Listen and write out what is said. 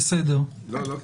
כל הדברים האלה,